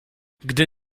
gdy